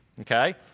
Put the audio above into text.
okay